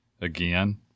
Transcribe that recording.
Again